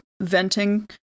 venting